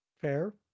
Fair